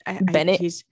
bennett